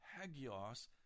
hagios